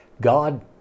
God